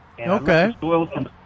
Okay